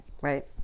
Right